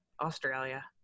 australia